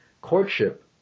courtship